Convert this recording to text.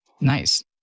Nice